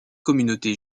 communauté